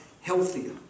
healthier